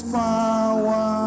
power